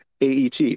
AET